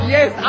Yes